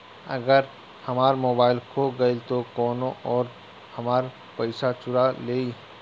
अगर हमार मोबइल खो गईल तो कौनो और हमार पइसा चुरा लेइ?